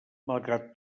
malgrat